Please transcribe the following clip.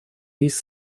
есть